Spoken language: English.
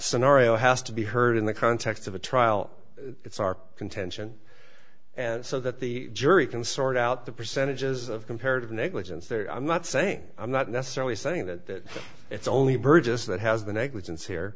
scenario has to be heard in the context of a trial it's our contention and so that the jury can sort out the percentages of comparative negligence there i'm not saying i'm not necessarily saying that it's only burgess that has the negligence here